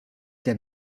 der